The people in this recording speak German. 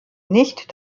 nicht